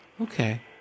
Okay